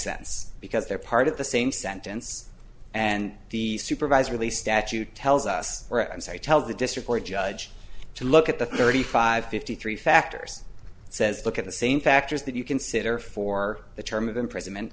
sense because they're part of the same sentence and the supervisor the statute tells us i'm sorry tell the district court judge to look at the thirty five fifty three factors it says look at the same factors that you consider for the term of imprisonment